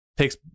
Takes